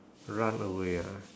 run away ah